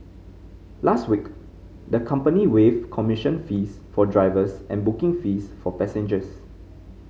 last week the company waived commission fees for drivers and booking fees for passengers